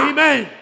Amen